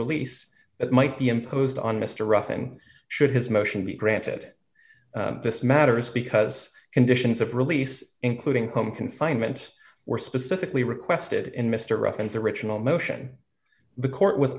release that might be imposed on mr ruffing should his motion be granted this matters because conditions of release including home confinement were specifically requested in mr ruffin's original motion the court was